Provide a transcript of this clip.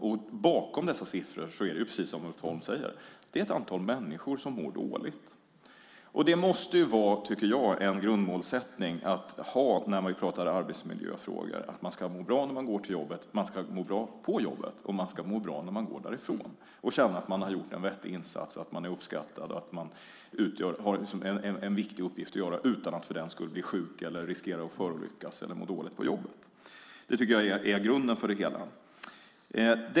Och bakom dessa siffror är det, precis som Ulf Holm säger, ett antal människor som mår dåligt. En grundmålsättning när vi pratar om arbetsmiljöfrågor måste vara, tycker jag, att man ska må bra när man går till jobbet, att man ska må bra på jobbet och att man ska må bra när man går därifrån och känna att man har gjort en vettig insats, är uppskattad och har en viktig uppgift att utföra utan att för den skull bli sjuk, riskera att förolyckas eller må dåligt på jobbet. Det tycker jag är grunden för det hela.